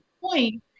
point